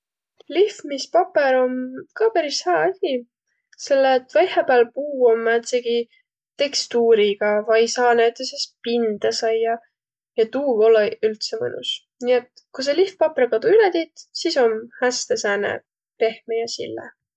Lihv'mispapõr om ka peris hää asi, selle et vaihõpääl puu om määntsegi tekstuuriga vai saa näütüses pinde saiaq ja tuu olõ-iq üldse mõnus. Nii et ku sa lihv'paprõga tuu üle tiit, sis om häste sääne pehme ja sille.